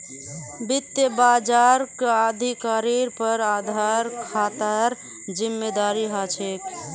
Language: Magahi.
वित्त बाजारक अधिकारिर पर आधार खतरार जिम्मादारी ह छेक